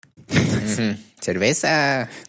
Cerveza